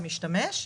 המשתמש,